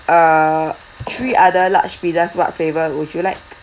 uh three other large pizzas what flavour would you like